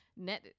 net